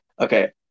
Okay